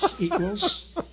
equals